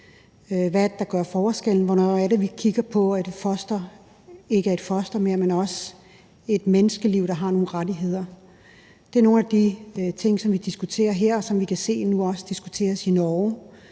der gør forskellen? Hvornår er det, vi kigger på, at et foster ikke mere er et foster, men også et menneskeliv, der har nogle rettigheder? Det er nogle af de ting, som vi diskuterer her, og som vi kan se nu også diskuteres i Norge,